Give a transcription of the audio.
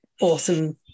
awesome